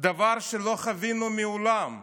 דבר שלא חווינו מעולם.